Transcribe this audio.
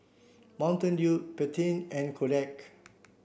Mountain Dew Pantene and Kodak